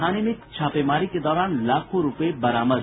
थाने में छापेमारी के दौरान लाखों रूपये बरामद